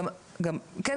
כן,